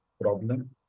problem